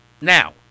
Now